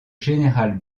général